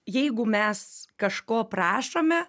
jeigu mes kažko prašome